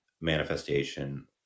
manifestation